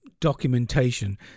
documentation